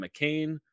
McCain